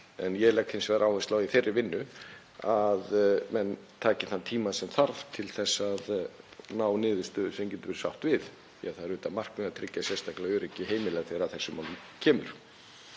En ég legg hins vegar áherslu á í þeirri vinnu að menn taki þann tíma sem þarf til að ná niðurstöðu sem við getum verið sátt við því að það er auðvitað markmiðið að tryggja sérstaklega öryggi heimila þegar að þessum málum kemur.